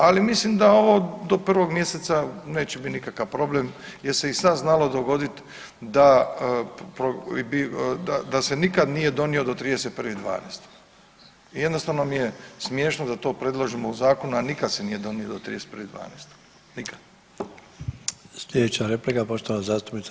Ali mislim da ovo do 1. mjeseca neće biti nikakav problem jer se i sad znalo dogoditi da se nikad nije donio do 31.12. i jednostavno mi je to smiješno da to predložimo u zakonu, a nikad se nije donio do 31.12., nikad.